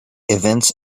events